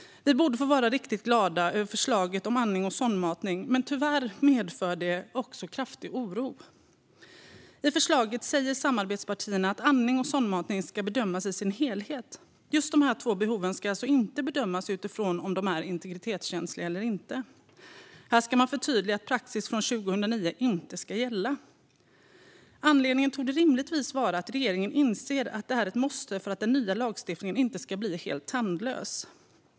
Vi borde få vara riktigt glada över förslaget om andning och sondmatning. Men tyvärr medför det också kraftig oro. I förslaget säger samarbetspartierna att andning och sondmatning ska bedömas i sin helhet. Just dessa två behov ska alltså inte bedömas utifrån om de är integritetskänsliga eller inte. Här ska man förtydliga att praxis från 2009 inte ska gälla. Anledningen torde rimligtvis vara att regeringen inser att det är ett måste för att den nya lagstiftningen inte ska bli helt tandlös.